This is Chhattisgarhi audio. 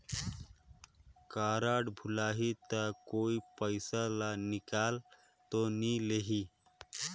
कारड भुलाही ता कोई पईसा ला निकाल तो नि लेही?